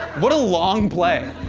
what a long play.